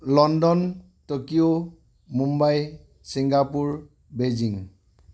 London Tokyo Mumbai Singapore Beijing